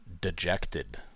dejected